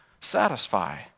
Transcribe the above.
satisfy